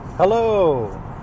Hello